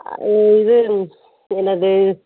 ஆ இது என்னது